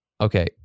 okay